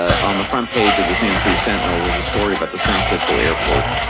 on the front page of the santa cruz sentinel was the story about the san francisco airport.